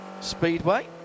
Speedway